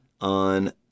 On